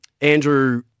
Andrew